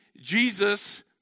Jesus